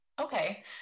Okay